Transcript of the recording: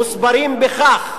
מוסברים בכך.